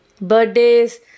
birthdays